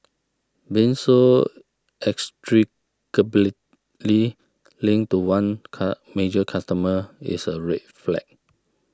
being so inextricably linked to one car major customer is a red flag